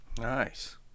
Nice